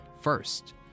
First